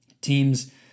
teams